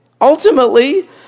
ultimately